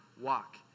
walk